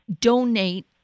donate